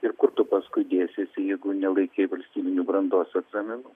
ir kur tu paskui dėsiesi jeigu nelaikei valstybinių brandos egzaminų